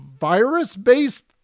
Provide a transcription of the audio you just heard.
virus-based